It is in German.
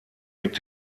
mit